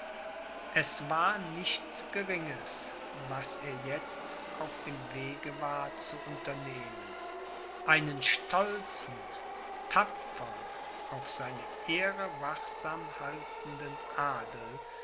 es war nichts geringes was er jetzt auf dem wege war zu unternehmen einen stolzen tapfern auf seine ehre wachsam haltenden adel